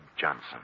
Johnson